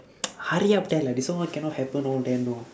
hurry up tell lah this one all cannot happen all then know